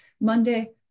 Monday